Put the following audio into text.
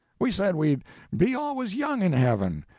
we said we'd be always young in heaven.